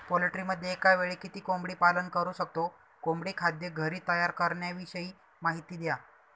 पोल्ट्रीमध्ये एकावेळी किती कोंबडी पालन करु शकतो? कोंबडी खाद्य घरी तयार करण्याविषयी माहिती द्या